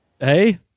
Hey